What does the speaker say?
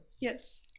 Yes